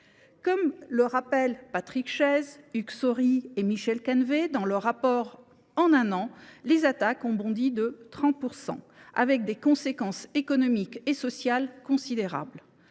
Comme le rappellent Patrick Chaize, Hugues Saury et Michel Canévet dans leur rapport, en un an, les attaques ont bondi de 30 %, avec des conséquences économiques et sociales considérables.